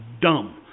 dumb